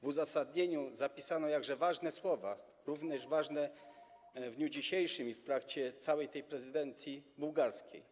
W uzasadnieniu zapisano jakże ważne słowa, również ważne w dniu dzisiejszym i w trakcie całej tej prezydencji bułgarskiej: